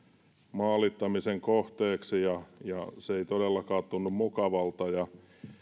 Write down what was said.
maalittamisen kohteeksi ja ja se ei todellakaan tunnu mukavalta